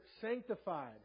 sanctified